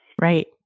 Right